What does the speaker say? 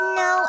no